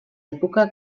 època